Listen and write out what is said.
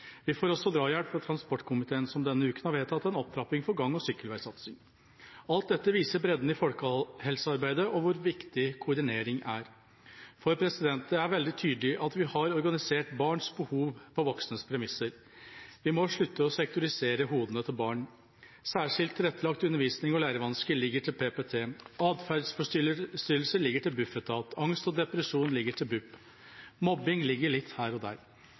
Vi får også drahjelp av transportkomiteen som denne uka har vedtatt en opptrapping av gang- og sykkelveisatsing. Alt dette viser bredden i folkehelsearbeidet og hvor viktig koordinering er. Det er veldig tydelig at vi har organisert barns behov på voksnes premisser. Vi må slutte å sektorisere hodene til barn. Særskilt tilrettelagt undervisning og lærevansker ligger til PPT. Atferdsforstyrrelser ligger til Bufetat. Angst og depresjon ligger til BUP. Mobbing ligger litt her og der.